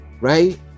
right